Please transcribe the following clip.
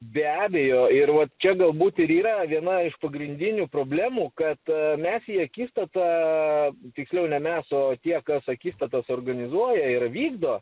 be abejo ir vat čia galbūt ir yra viena iš pagrindinių problemų kad mes į akistatą tiksliau ne mes o tie kas akistatas organizuoja ir vykdo